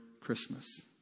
Christmas